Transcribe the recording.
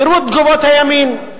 תראו את תגובות הימין.